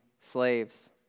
slaves